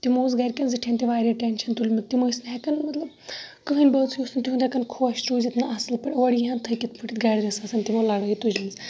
تمو اوس گَرکٮ۪ن زِٹھٮ۪ن تہِ واریاہ ٹیٚنشَن تُلمُت تِم ٲسۍ نہٕ ہیٚکان مَطلَب کٕہٕنۍ بٲژ اوس نہٕ تِہُنٛد ہیٚکان خۄش روٗزِتھ نہَ اَصل پٲٹھۍ اورٕ یِہَن تھٔکِتھ پھٕٹِتھ گَرِ ٲسۍ آسان تِمو لَڑٲے تُجمٕژ